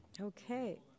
Okay